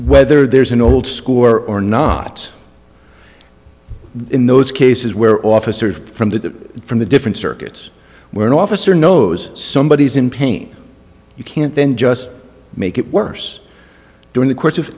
whether there's an old score or not in those cases where officers from the from the different circuits where an officer knows somebody is in pain you can't then just make it worse during the course of